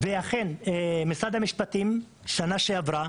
ואכן, משרד המשפטים בשנה שעברה